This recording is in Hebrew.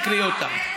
תקראי אותה.